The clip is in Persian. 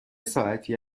ساعتی